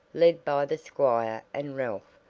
led by the squire and ralph,